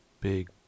big